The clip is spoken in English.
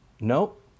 Nope